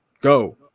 go